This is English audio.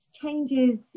Changes